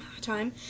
time